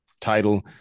title